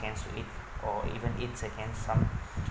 can to eat or even eat against some